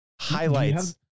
highlights